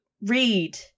read